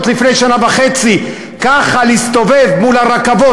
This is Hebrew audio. לפני שנה וחצי ככה להסתובב מול הרכבות,